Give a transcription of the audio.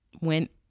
Went